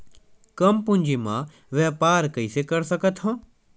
कम पूंजी म व्यापार कइसे कर सकत हव?